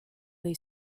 they